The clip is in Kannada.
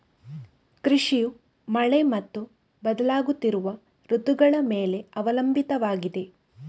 ಕೃಷಿಯು ಮಳೆ ಮತ್ತು ಬದಲಾಗುತ್ತಿರುವ ಋತುಗಳ ಮೇಲೆ ಅವಲಂಬಿತವಾಗಿದೆ